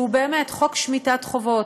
שהוא באמת חוק שמיטת חובות,